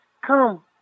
come